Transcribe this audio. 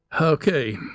okay